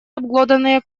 обглоданные